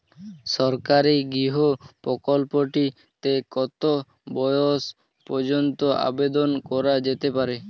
সরকারি গৃহ প্রকল্পটি তে কত বয়স পর্যন্ত আবেদন করা যেতে পারে?